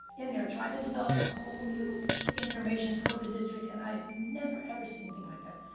in there trying to develop a whole new information for the district and i've never ever seen anything like that.